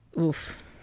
oof